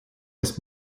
ist